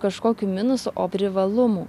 kažkokių minusų o privalumų